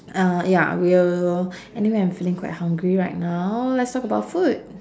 uh ya we'll anyway I'm feeling quite hungry right now let's talk about food